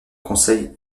conseil